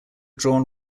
drawn